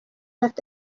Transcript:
ati